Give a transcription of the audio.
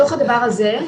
בתוך הדבר הזה,